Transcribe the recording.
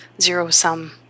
zero-sum